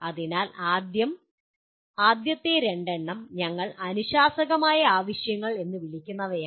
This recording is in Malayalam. അതിനാൽ ആദ്യത്തെ രണ്ടെണ്ണം നിങ്ങൾ അനുശാസകമായ ആവശ്യങ്ങൾ എന്ന് വിളിക്കുന്നവയാണ്